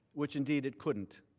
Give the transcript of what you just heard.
which indeed it couldn't.